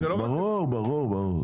ברור, ברור.